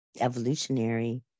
evolutionary